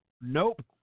Nope